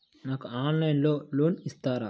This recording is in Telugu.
నాకు ఆన్లైన్లో లోన్ ఇస్తారా?